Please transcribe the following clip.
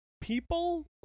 people